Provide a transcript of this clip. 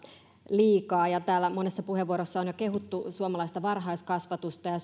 liikaa ja täällä monessa puheenvuorossa on jo kehuttu suomalaista varhaiskasvatusta